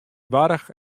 warch